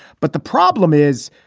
but the problem is,